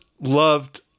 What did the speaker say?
loved